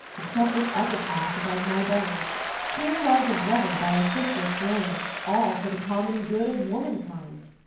and cut this epitaph above my bones here lies a brother by a sister slain, all for the common good of womankind.